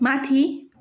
माथि